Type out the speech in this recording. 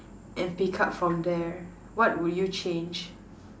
and pick up from there what will you change